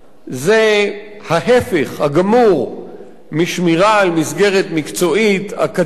זה ההיפך הגמור משמירה על מסגרת מקצועית, אקדמית,